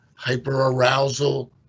hyperarousal